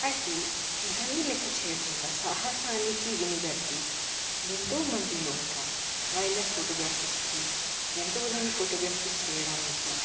అయితే ఇవన్నీ లెక్క చేయకుండా సాహసానికి ఒడిగట్టి ఎంతో మంది యువత వైల్డ్లైఫ్ ఫోటోగ్రఫీస్కి జంతువులను ఫోటోగ్రఫీ చేయడానికి